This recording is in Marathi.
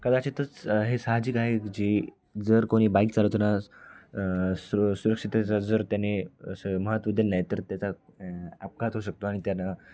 कदाचितच हे सहाजिक आहे जी जर कोणी बाईक चालवताना सु सुरक्षिततेचा जर त्याने महत्त्व दिल नाही तर त्याचा अपघात होऊ शकतो आणि त्यानं